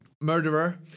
murderer